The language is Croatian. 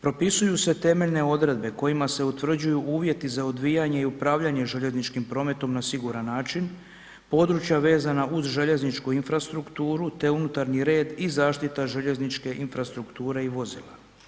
Propisuju se temeljne odredbe kojima se utvrđuju uvjeti za odvijanje i upravljanje željezničkim prometom na siguran način, područja vezana uz željezničku infrastrukturu te unutarnji red i zaštita željezničke infrastrukture i vozila.